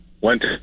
went